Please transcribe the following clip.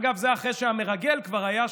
אגב, זה אחרי שהמרגל כבר היה שם.